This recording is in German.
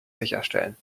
sicherstellen